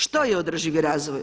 Što je održivi razvoj?